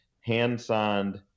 hand-signed